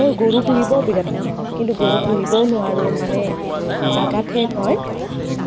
মোৰ গৰু পুহিবও বিৰাট মন কিন্তু গৰু পুহিবও নোৱাৰোঁ মানে জাগা ঠেক হয়